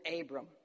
abram